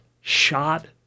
shot